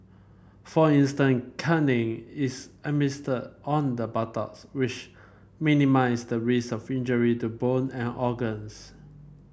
for instance caning is administered on the buttocks which minimise the risk of injury to bone and organs